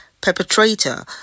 perpetrator